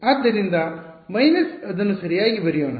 ಆದ್ದರಿಂದ ಮೈನಸ್ ಅದನ್ನು ಸರಿಯಾಗಿ ಬರೆಯೋಣ